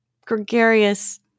gregarious